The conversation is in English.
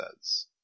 says